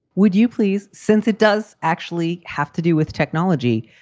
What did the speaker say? would you please, since it does actually have to do with technology,